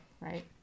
right